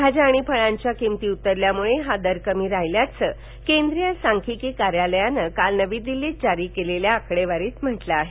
भाज्या आणि फळांच्या किंमती उतरल्यामुळे हा दर कमी राहिल्याचं केंद्रीय सांख्यिकी कार्यालयानं काल नवी दिल्ली इथं जारी केलेल्या आकडेवारीत म्हटलं आहे